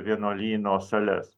vienuolyno sales